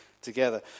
together